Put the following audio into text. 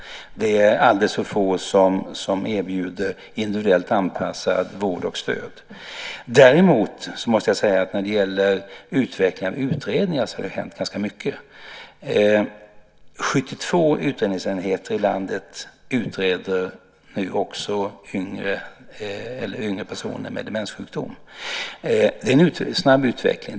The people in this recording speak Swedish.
Det är alldeles för få som erbjuder individuellt anpassad vård och stöd. Däremot måste jag säga att det har hänt ganska mycket när det gäller utveckling av utredningar. 72 utredningsenheter i landet utreder nu också yngre personer med demenssjukdom. Det är en snabb utveckling.